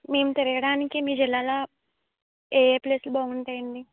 మేం తిరగటానికి మీ జిల్లాలో ఏఏ ప్లేస్లు బాగుంటాయండి